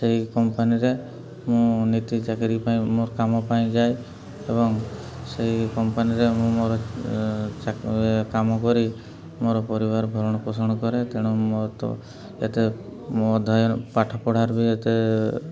ସେଇ କମ୍ପାନୀରେ ମୁଁ ନିତି ଚାକିରୀ ପାଇଁ ମୋର କାମ ପାଇଁ ଯାଏ ଏବଂ ସେଇ କମ୍ପାନୀରେ ମୁଁ ମୋର ଚାକିରୀ କାମ କରି ମୋର ପରିବାର ଭରଣ ପୋଷଣ କରେ ତେଣୁ ମୋତେ ଏତେ ମୁଁ ଅଧ୍ୟୟନ ପାଠ ପଢ଼ାରେ ବି ଏତେ